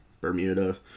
Bermuda